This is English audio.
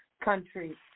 country